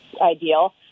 ideal